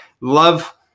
love